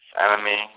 enemy